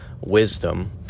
wisdom